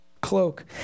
cloak